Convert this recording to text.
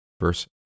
verse